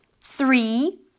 three